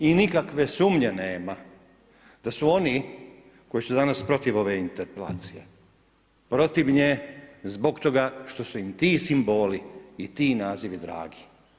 I nikakve sumnje nema da su oni koji su danas protiv ove interpelacije, protiv nje zbog toga što su im ti simboli i ti nazivi dragi.